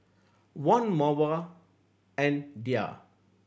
Wan Mawar and Dhia